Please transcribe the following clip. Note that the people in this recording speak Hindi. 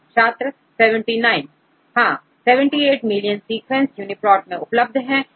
छात्र79 तो 78 मिलियन सीक्वेंसेस इस तरह बहुत सारे सीक्वेंसेस उपलब्ध है